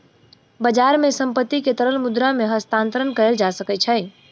बजार मे संपत्ति के तरल मुद्रा मे हस्तांतरण कयल जा सकै छै